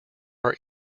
are